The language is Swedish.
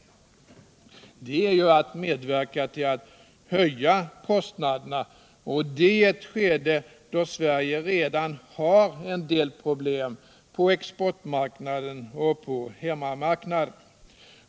Detta är ju att medverka till att höja kostnaderna — och det i ett skede då Sverige redan har en del problem på exportmarknaden och hemmamarknaden.